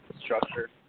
structure